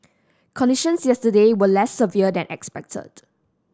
conditions yesterday were less severe than expected